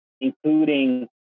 including